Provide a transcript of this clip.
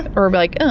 or but like,